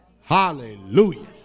Hallelujah